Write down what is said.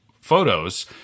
photos